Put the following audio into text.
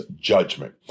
judgment